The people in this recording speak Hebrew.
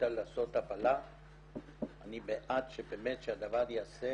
החליטה לעשות הפלה אני בעד שהדבר ייעשה